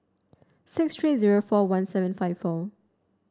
six three zero four one seven five four